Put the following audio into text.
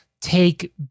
take